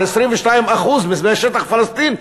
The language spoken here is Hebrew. על 22% משטח פלסטין,